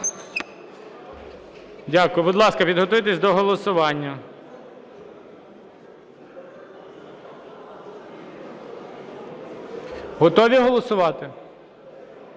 ласка, підготуйтесь до голосування. Готові голосувати?